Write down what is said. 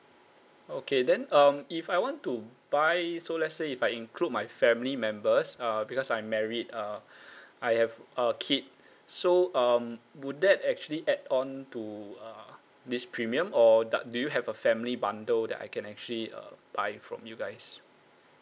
okay then um if I want to buy so let's say if I include my family members uh because I'm married uh I have a kid so um would that actually add on to uh this premium or da~ do you have a family bundle that I can actually uh buy from you guys